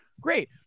Great